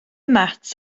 mat